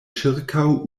ĉirkaŭ